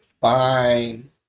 fine